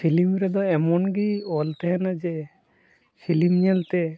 film ᱨᱮᱫᱚ ᱮᱢᱚᱱ ᱜᱮ ᱚᱞ ᱛᱟᱦᱮᱸᱱᱟ ᱡᱮ ᱯᱷᱤᱞᱤᱢ ᱧᱮᱞ ᱛᱮ